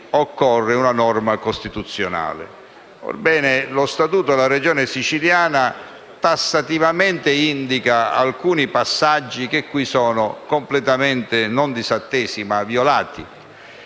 occorre una norma costituzionale. Orbene, lo Statuto della Regione siciliana tassativamente indica alcuni passaggi che qui sono completamente violati.